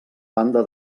banda